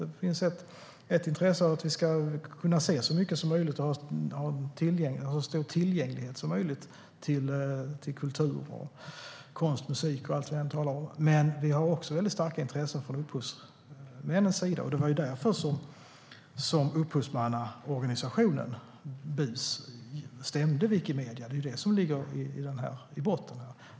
Det finns ett intresse av att vi ska kunna se så mycket som möjligt och ha så stor tillgänglighet som möjligt till kultur, konst, musik och allt vad vi än talar om. Men vi har också väldigt starka intressen från upphovsmännens sida. Det var därför som upphovsmannaorganisationen BUS stämde Wikimedia. Det är vad som ligger i botten.